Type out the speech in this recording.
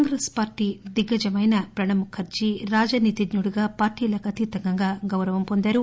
Congress party దిగ్గజం అయిన ప్రణబ్ ముఖర్షీ రాజనీతీజ్ఞుడుగా పార్టీలకతీతంగా గౌరవం పొందారు